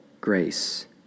grace